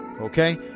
Okay